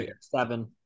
seven